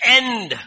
end